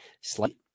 slight